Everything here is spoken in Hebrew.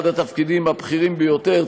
אחד התפקידים הבכירים ביותר.